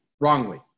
wrongly